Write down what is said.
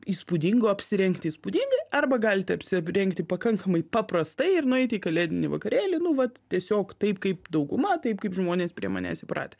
įspūdingo apsirengti įspūdingai arba galite apsirengti pakankamai paprastai ir nueiti į kalėdinį vakarėlį nu vat tiesiog taip kaip dauguma taip kaip žmonės prie manęs įpratę